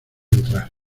entrar